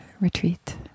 retreat